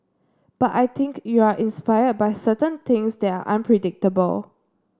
but I think you are inspired by certain things that are unpredictable